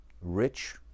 rich